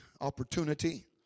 opportunity